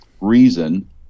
reason